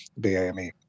BAME